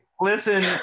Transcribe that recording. Listen